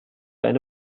eine